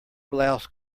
blouse